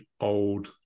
old